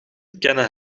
kennen